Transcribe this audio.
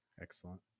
Excellent